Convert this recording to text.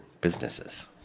businesses